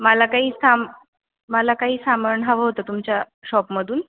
मला काही साम मला काही सामान हवं होतं तुमच्या शॉपमधून